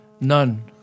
None